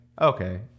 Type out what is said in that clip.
okay